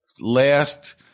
last